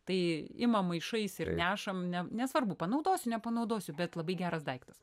tai imam maišais ir nešam ne nesvarbu panaudosiu nepanaudosiu bet labai geras daiktas